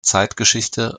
zeitgeschichte